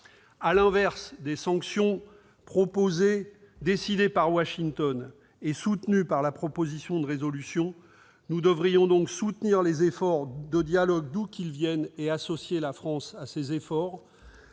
À l'opposé des sanctions décidées par Washington et soutenues par la présente proposition de résolution, nous devrions donc soutenir les efforts de dialogue, d'où qu'ils viennent, et associer la France à ces efforts.